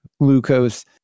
Glucose